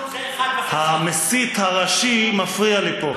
המסית הראשי מפריע לי פה.